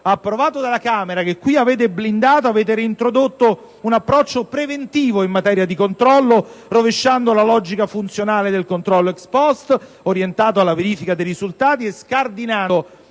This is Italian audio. approvato dalla Camera, che qui avete blindato, avete reintrodotto un approccio preventivo in materia di controllo, rovesciando la logica funzionale del controllo *ex post*, orientato alla verifica dei risultati, e scardinando